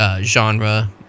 genre